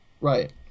right